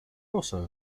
also